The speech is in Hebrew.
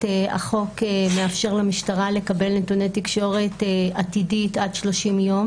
החוק מאפשר למשטרה לקבל נתוני תקשורת עתידית עד 30 יום